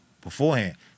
beforehand